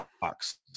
box